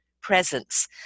presence